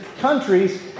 countries